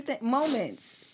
moments